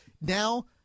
now